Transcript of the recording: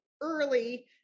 early